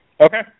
Okay